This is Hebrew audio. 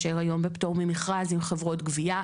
להתקשר היום בפטור ממכרז עם חברות גבייה.